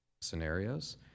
scenarios